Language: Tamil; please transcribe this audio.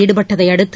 ாடுபட்டதை அடுத்து